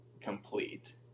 complete